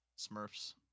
Smurfs